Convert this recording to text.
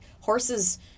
horses